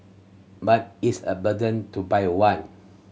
but it's a burden to buy one